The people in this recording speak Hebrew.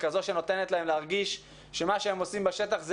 כזו שנותנת להם להרגיש שמה שהם עושים בשטח זה